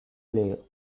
player